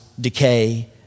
decay